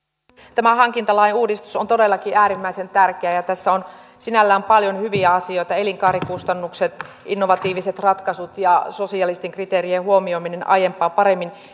tämä hankintalain uudistus on todellakin äärimmäisen tärkeä ja tässä on sinällään paljon hyviä asioita elinkaarikustannukset innovatiiviset ratkaisut ja sosiaalisten kriteerien huomioiminen aiempaa paremmin